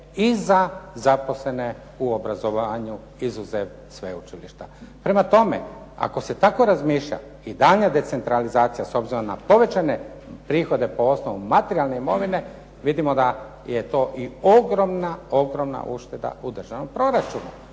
i za zaposlene u obrazovanju, izuzev sveučilišta. Prema tome, ako se tako razmišlja i daljnja decentralizacija, s obzirom na povećane prihode po osnovu materijalne imovine, vidimo da je to i ogromna, ogromna ušteda u državnom proračunu.